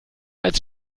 als